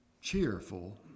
cheerful